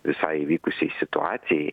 visai įvykusiai situacijai